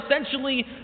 essentially